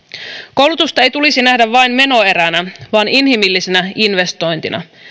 koulutusta ei tulisi nähdä vain menoeränä vaan inhimillisenä investointina